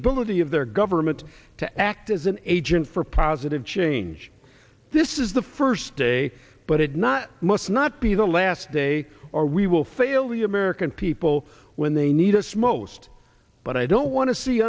ability of their government to act as an agent for positive change this is the first day but it not must not be the last day or we will fail the american people when they need us most but i don't want to see